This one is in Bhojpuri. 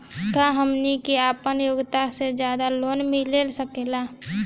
का हमनी के आपन योग्यता से ज्यादा लोन मिल सकेला?